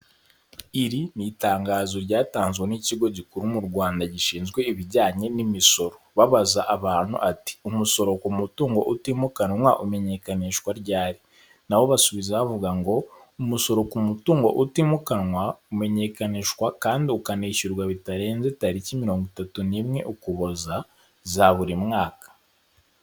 Iri ni itangazo ryatanzwe n'ikigo gikuru mu Rwanda gishinzwe ibijyanye n'imisoro babaza abantu ati: "umusoro ku mutungo utimukanwa umenyekanishwa ryari?", na bo basubiza bavuga ngo "umusoro ku mutungo utimukanwa umenyekanishwa kandi ukanishyurwa bitarenze tariki mirongo itatu n'imwe ukuboza za buri mwaka."